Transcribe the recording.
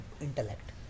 intellect